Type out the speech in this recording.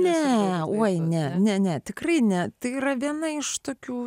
ne oi ne ne ne tikrai ne tai yra viena iš tokių